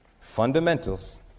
fundamentals